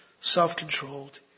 self-controlled